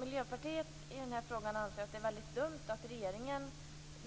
Miljöpartiet anser att det är väldigt dumt att regeringen